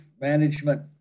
management